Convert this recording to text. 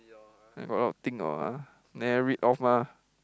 got a lot of thing [liao] ah never read off mah